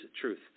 truth